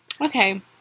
Okay